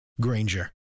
Granger